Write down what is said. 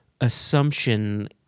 assumption